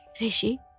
Rishi